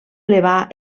elevar